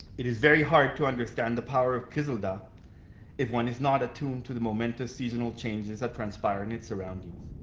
it is very hard to understand the power of kizildag if one is not attuned to the momentous seasonal changes that transpire in its surroundings.